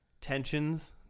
tensions